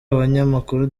abanyamakuru